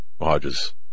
Hodges